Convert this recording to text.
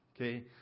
okay